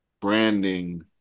branding